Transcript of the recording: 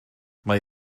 mae